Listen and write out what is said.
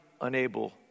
unable